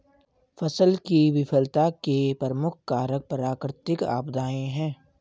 फसल की विफलता के प्रमुख कारक प्राकृतिक आपदाएं हैं